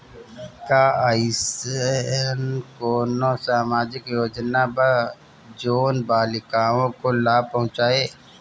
का अइसन कोनो सामाजिक योजना बा जोन बालिकाओं को लाभ पहुँचाए?